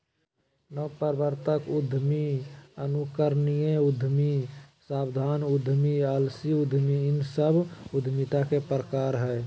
नवप्रवर्तक उद्यमी, अनुकरणीय उद्यमी, सावधान उद्यमी, आलसी उद्यमी इ सब उद्यमिता के प्रकार हइ